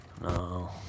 No